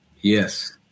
Yes